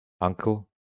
Uncle